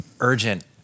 urgent